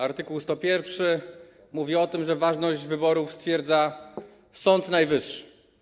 Art. 101 mówi o tym, że ważność wyborów stwierdza Sąd Najwyższy.